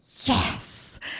yes